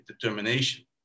determination